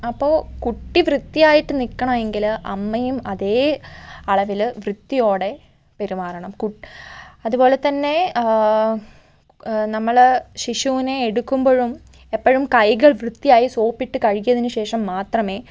അപ്പൊൾ കുട്ടി വൃത്തിയായിട്ട് നിക്കണമെങ്കില് അമ്മയും അതേ അളവില് വൃത്തിയോടെ പെരുമാറണം കുട്ടി അതുപോലെത്തന്നെ നമ്മള് ശിശുവിനെ എടുക്കുമ്പഴും എപ്പഴും കൈകൾ വൃത്തിയായി സോപ്പിട്ട് കഴുകിയതിന് ശേഷം മാത്രമേ